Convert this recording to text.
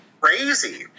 Crazy